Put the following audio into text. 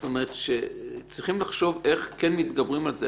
זאת אומרת שצריכים לחשוב איך כן מתגברים על זה.